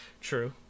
True